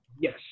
Yes